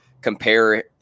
compare